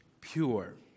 pure